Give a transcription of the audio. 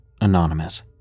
Anonymous